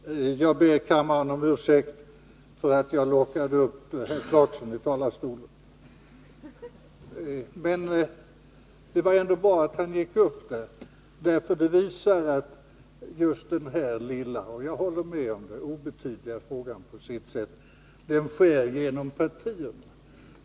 Herr talman! Jag ber kammaren om ursäkt för att jag lockade upp herr Clarkson i talarstolen. Det var ändå bra att han gick upp där, för det visar att den här lilla och — jag håller med om det — på sitt sätt obetydliga frågan skär igenom partierna.